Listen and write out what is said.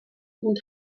und